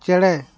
ᱪᱮᱬᱮ